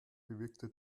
bewirkte